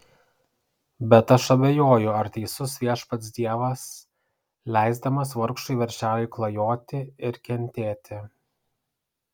bet aš abejoju ar teisus viešpats dievas leisdamas vargšui veršeliui klajoti ir kentėti